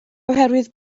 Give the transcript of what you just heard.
oherwydd